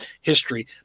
history